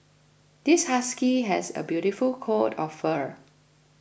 this husky has a beautiful coat of fur